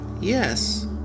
yes